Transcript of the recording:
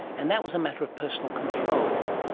and that was a matter of personal control.